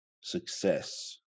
success